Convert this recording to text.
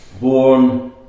born